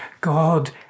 God